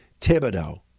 Thibodeau